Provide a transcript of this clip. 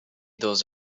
those